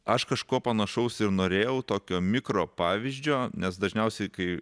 aš kažko panašaus ir norėjau tokio mikro pavyzdžio nes dažniausiai kai